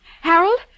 Harold